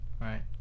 right